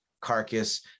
Carcass